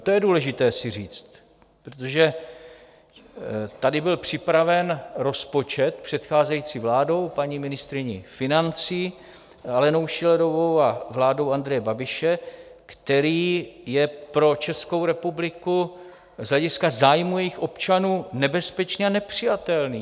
To je důležité si říci: protože tady byl připraven rozpočet předcházející vládou, paní ministryní financí Alenou Schillerovou a vládou Andreje Babiše, který je pro Českou republiku z hlediska zájmů jejích občanů nebezpečný a nepřijatelný.